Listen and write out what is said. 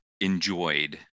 enjoyed